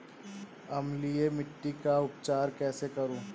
अम्लीय मिट्टी का उपचार कैसे करूँ?